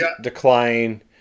Decline